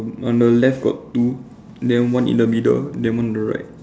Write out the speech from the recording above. on the left got two then one in the middle then one on the right